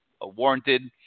warranted